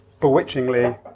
bewitchingly